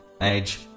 age